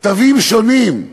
תווים שונים,